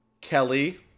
Kelly